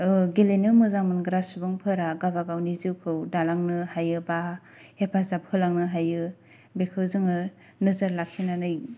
गेलेनो मोजां मोनग्रा सुबुंफोरा गाबागावनि जिउखौ दालांनो हायो बा हेफाजाब होलांनो हायो बेखौ जोङो नोजोर लाखिनानै